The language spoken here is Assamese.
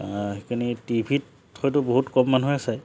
সেইখিনি টিভিত হয়তো বহুত কম মানুহে চায়